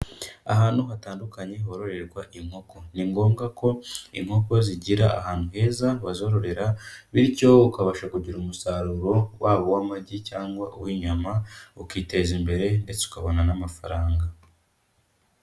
Ahantu hatandukanye hororerwa inkoko, ni ngombwa ko inkoko zigira ahantu heza bazororera bityo ukabasha kugira umusaruro waba uw'amagi cyangwa uw'inyama, ukiteza imbere ndetse ukabona n'amafaranga.